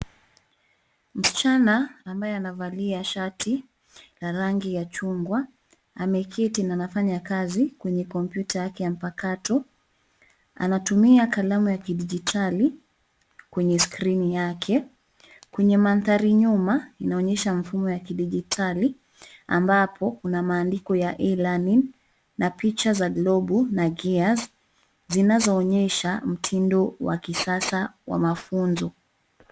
Msichana ambaye anavalia shati la rangi ya chungwa, ameketi na anafanya kazi kwenye kompyuta yake ya mpakato. Anatumia kalamu ya kidijitali kwenye skrini yake. Kwenye mandhari nyuma, inaonyesha mfumo wa kidijitali ambapo kuna maandiko ya E-Learning na picha za globu na gears , zinazoonyesha mtindo wa kisasa wa mafunzo.